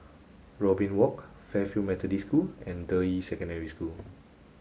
Robin Walk Fairfield Methodist School and Deyi Secondary School